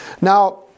Now